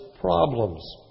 problems